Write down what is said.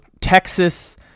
Texas